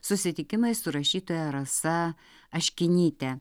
susitikimai su rašytoja rasa aškinyte